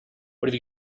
have